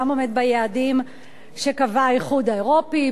גם עומד ביעדים שקבע האיחוד האירופי,